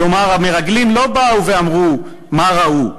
כלומר, המרגלים לא באו ואמרו מה ראו,